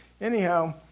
anyhow